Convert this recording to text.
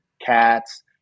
cats